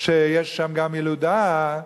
שיש שם גם ילודה,